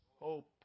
hope